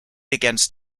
against